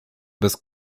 bez